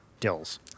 dills